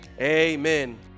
Amen